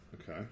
Okay